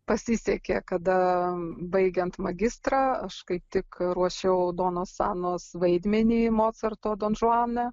pasisekė kada baigiant magistrą aš kaip tik ruošiau donos anos vaidmenį mocarto donžuane